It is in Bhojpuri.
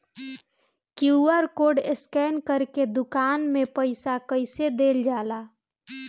क्यू.आर कोड स्कैन करके दुकान में पईसा कइसे देल जाला?